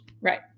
Right